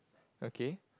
okay